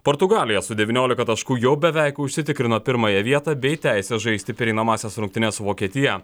portugalija su devyniolika taškų jau beveik užsitikrino pirmąją vietą bei teisę žaisti pereinamąsias rungtynes su vokietija